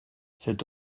cette